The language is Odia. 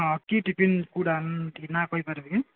ହଁ କି ଟିଫିନ୍ ଟିକେ ନାଁ କହିପାରିବେ କି